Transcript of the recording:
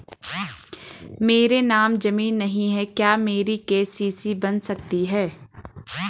मेरे नाम ज़मीन नहीं है क्या मेरी के.सी.सी बन सकती है?